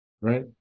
Right